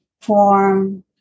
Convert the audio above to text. form